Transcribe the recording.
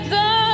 go